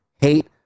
hate